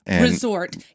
resort